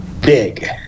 big